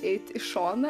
eit į šoną